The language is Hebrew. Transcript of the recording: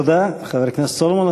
תודה, חבר הכנסת סולומון.